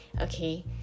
okay